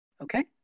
Okay